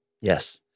Yes